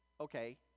Okay